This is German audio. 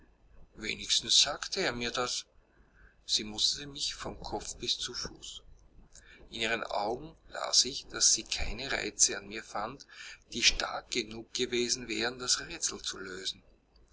wenigstens sagt er mir das sie musterte mich von kopf bis zu fuß in ihren augen las ich daß sie keine reize an mir fand die stark genug gewesen wären das rätsel zu lösen